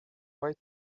white